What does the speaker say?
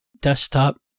desktop